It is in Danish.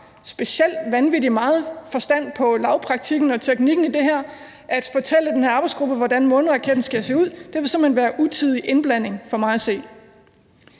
ikke har vanvittig meget forstand på lavpraktikken og teknikken i det her, at fortælle den her arbejdsgruppe, hvordan måneraketten skal se ud, vil simpelt hen være utidig indblanding for mig at se.